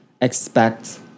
expect